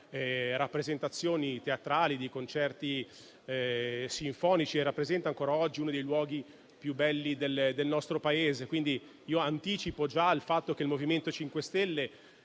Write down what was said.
rappresentazioni teatrali, di concerti sinfonici e rappresenta ancora oggi uno dei luoghi più belli del nostro Paese. Anticipo che il MoVimento 5 Stelle,